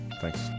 Thanks